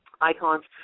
icons